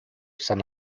san